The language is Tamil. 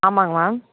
ஆமாம்ங்கம்மா